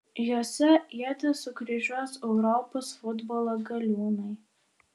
jose ietis sukryžiuos europos futbolo galiūnai